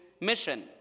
mission